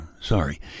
Sorry